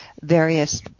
various